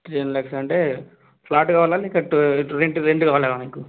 ten lakhs అంటే flat కావాలా లేక రెంట్ రెంట్ కావాలా మీకు